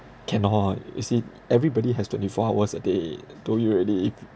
cannot you see everybody has twenty four hours a day I told you already